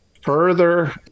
further